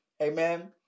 Amen